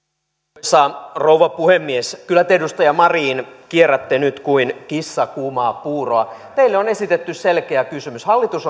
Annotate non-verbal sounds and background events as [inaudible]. arvoisa rouva puhemies kyllä te edustaja marin kierrätte nyt kuin kissa kuumaa puuroa teille on esitetty selkeä kysymys hallitus [unintelligible]